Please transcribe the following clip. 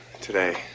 today